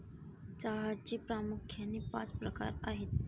चहाचे प्रामुख्याने पाच प्रकार आहेत